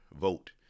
vote